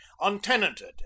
untenanted